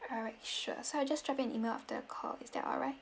alright sure so I'll just drop you an email after call is that alright